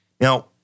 Now